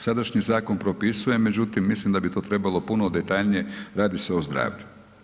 Sadašnji zakon propisuje, međutim mislim da bi to trebalo puno detaljnije, radi se o zdravlju.